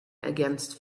against